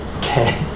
okay